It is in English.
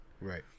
Right